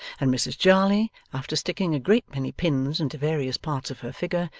and mrs jarley, after sticking a great many pins into various parts of her figure,